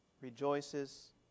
rejoices